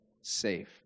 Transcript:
safe